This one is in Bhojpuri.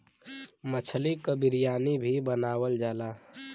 मछली क बिरयानी भी बनावल जाला